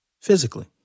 physically